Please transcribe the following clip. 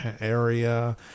area